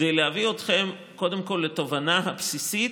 כדי להביא אתכם קודם כול לתובנה הבסיסית,